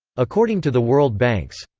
according to the world banks,